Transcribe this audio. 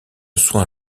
soins